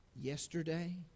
Yesterday